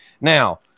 Now